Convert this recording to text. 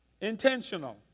Intentional